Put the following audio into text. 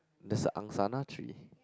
there's a Angsana tree